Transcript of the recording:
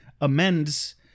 Amends